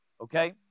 Okay